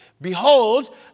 Behold